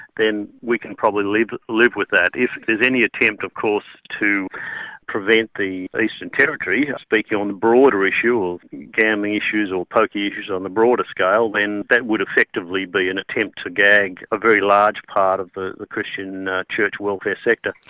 then we can probably live live with that. if there's any attempt of course to prevent the eastern territory speaking on the broader issue of gambling issues or pokie issues on the broader scale then that would effectively be an attempt to gag a very large part of the the christian church welfare sector.